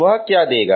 वह क्या देगा